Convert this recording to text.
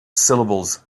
syllables